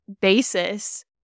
basis